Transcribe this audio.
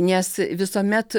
nes visuomet